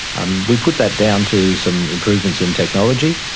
um we put that down to some improvements in technology,